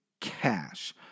cash